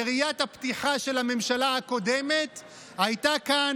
יריית הפתיחה של הממשלה הקודמת הייתה כאן